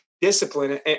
discipline